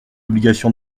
obligation